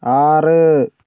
ആറ്